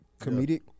comedic